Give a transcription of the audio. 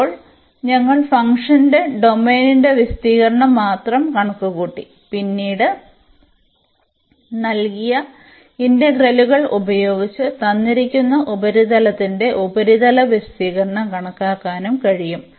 ഇപ്പോൾ ഞങ്ങൾ ഫംഗ്ഷന്റെ ഡൊമെയ്നിന്റെ വിസ്തീർണ്ണം മാത്രം കണക്കുകൂട്ടി പിന്നീട് നൽകിയ ഇന്റഗ്രലുകൾ ഉപയോഗിച്ച് തന്നിരിക്കുന്ന ഉപരിതലത്തിന്റെ ഉപരിതല വിസ്തീർണ്ണം കണക്കാക്കാനും കഴിയും